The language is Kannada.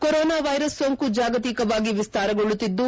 ಕೊರೊನಾ ವೈರಸ್ ಸೋಂಕು ಜಾಗತಿಕವಾಗಿ ವಿಸ್ತಾರಗೊಳ್ಳುತ್ತಿದ್ದು